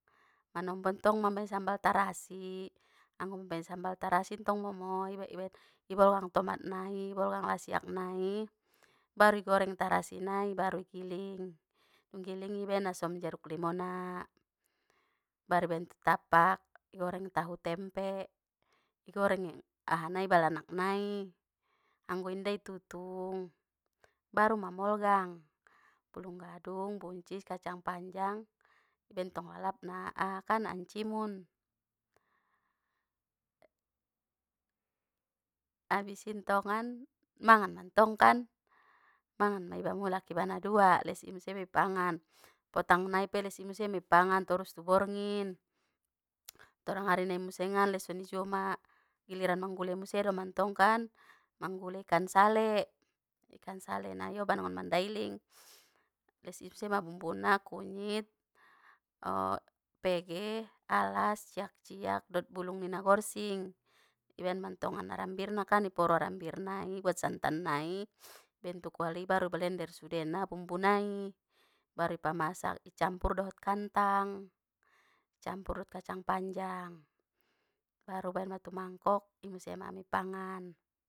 Manombo tong mambaen sambal tarasi, anggo mambaen sambal tarasi tong momo, i bolgang tomat nai i bolgang lasiak nai, baru i goreng tarasi nai baru i giling, manggiling i ibaen asom jeruk limauna, baru ibaen tu tapak i goreng tahu tempe, i goreng ahanai balanak nai, anggo inda i tutung, baru mamolgang, bulung gadung buncis kacang panjang, i baen tong lalapna aha kan ancimun. Abis i tongan mangan mantong kan, mangan ma mulak i ba nadua les i muse mei ipangan, potang nai pe les i muse mei ipagan, torus tu borngin, torang ari nai musengan les soni juo ma, giliran amnggule muse doma tong kan, mangule ikan sale, ikan sale nai ioban nggon mandailing, les i musema bumbuna kunyit, pege alas ciak ciak dot bulung ni nagorsing, i baen mantongan arambirnakan i poro arambir nai ibuat santannai ibaen tu kuali i baru ibelender sudena bumbunai, baru i pamasak i campur dohot kantang, i campur dot kacang panjang, baru ibaen ma tu mangkok i musema ami pangan.